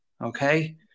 Okay